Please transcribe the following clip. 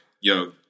Yo